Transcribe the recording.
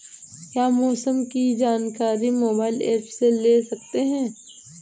क्या मौसम की जानकारी मोबाइल ऐप से ले सकते हैं?